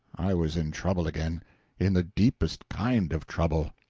i was in trouble again in the deepest kind of trouble.